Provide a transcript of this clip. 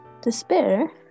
Despair